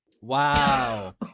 Wow